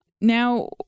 now